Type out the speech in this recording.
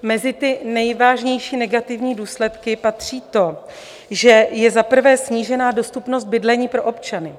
Mezi nejvážnější negativní důsledky patří to, že je za prvé snížena dostupnost bydlení pro občany.